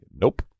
Nope